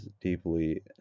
deeply